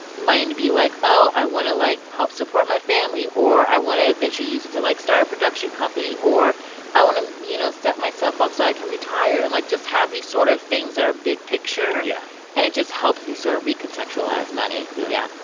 and to be, like, oh, i want to, like, help support my family, or i want to eventually use it to, like, start a production company, or i want to, you know, set myself up so i can retire and, like, just have these sort of things that are big picture yeah and it just helped me sort of recontextualize money yeah. yeah